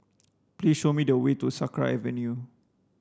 please show me the way to Sakra Avenue